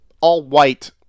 all-white